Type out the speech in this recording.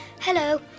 Hello